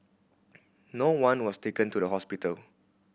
no one was taken to the hospital